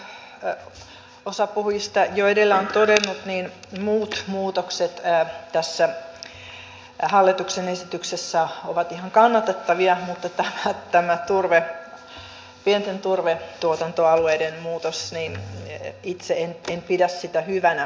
niin kuin osa puhujista jo edellä on todennut muut muutokset tässä hallituksen esityksessä ovat ihan kannatettavia mutta tätä pienten turvetuotantoalueiden muutosta itse en pidä hyvänä